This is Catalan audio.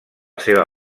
seva